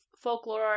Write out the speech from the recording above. folklore